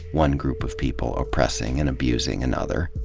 one group of people oppressing and abusing another,